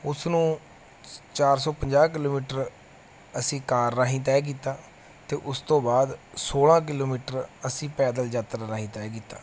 ਉਸ ਨੂੰ ਚ ਚਾਰ ਸੌ ਪੰਜਾਹ ਕਿਲੋਮੀਟਰ ਅਸੀਂ ਕਾਰ ਰਾਹੀਂ ਤੈਅ ਕੀਤਾ ਅਤੇ ਉਸ ਤੋਂ ਬਾਅਦ ਸੋਲ੍ਹਾਂ ਕਿਲੋਮੀਟਰ ਅਸੀਂ ਪੈਦਲ ਯਾਤਰਾ ਰਾਹੀਂ ਤੈਅ ਕੀਤਾ